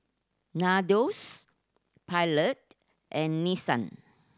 Nandos Pilot and Nissan